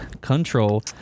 control